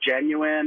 genuine